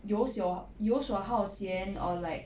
有所有所好闲 or like